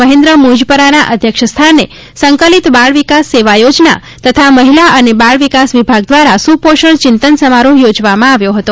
મહેન્દ્ર મુંજપરાના અધ્યક્ષસ્થાને સંકલિત બાળ વિકાસ સેવા યોજના તથા મહિલા અને બાળ વિકાસ વિભાગ દ્વારા સુપોષણ ચિંતન સમારોહ યોજવામાં આવ્યો હતો